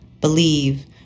Believe